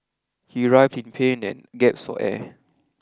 he writhed in pain and gasped for air